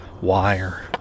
wire